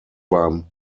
beim